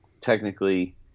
technically